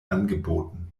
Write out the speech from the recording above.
angeboten